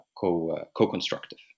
co-constructive